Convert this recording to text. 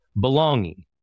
belonging